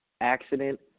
accident